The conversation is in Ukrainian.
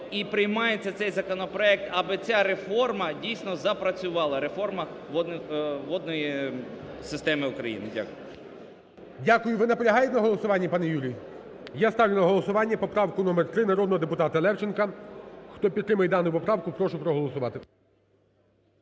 і приймається цей законопроект, аби ця реформа дійсно запрацювала, реформа водної системи України. Дякую. ГОЛОВУЮЧИЙ. Дякую. Ви наполягаєте на голосуванні, пане Юрій? Я ставлю на голосування поправку номер 3 народного депутата Левченка. Хто підтримує дану поправку, прошу проголосувати.